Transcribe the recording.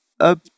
up